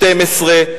12,